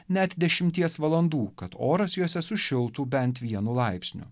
net dešimties valandų kad oras juose sušiltų bent vienu laipsniu